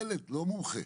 ילד, לא מומחה.